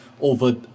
over